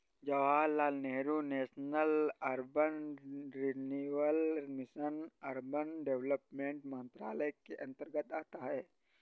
Jawaharlal Nehru national urban renewal mission urban development मंत्रालय के अंतर्गत आता है